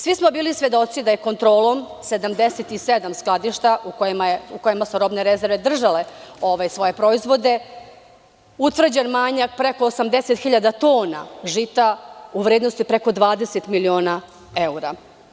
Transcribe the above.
Svi smo bili svedoci da je kontrolom 77 skladišta u kojima su robne rezerve držale svoje proizvode utvrđen manjak preko 80.000 tona žita u vrednosti od preko 20 miliona evra.